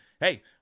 hey